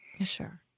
sure